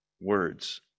words